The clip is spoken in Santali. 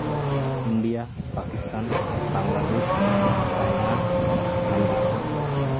India Pakistan Bangladesh China America